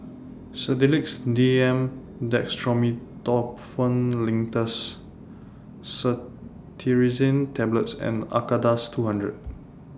Sedilix D M Dextromethorphan Linctus Cetirizine Tablets and Acardust two hundred